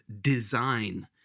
design